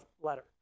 letter